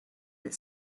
that